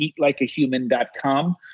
eatlikeahuman.com